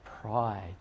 pride